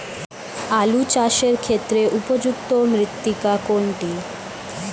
আলু চাষের ক্ষেত্রে উপযুক্ত মৃত্তিকা কোনটি?